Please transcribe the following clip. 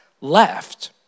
left